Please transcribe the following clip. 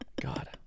God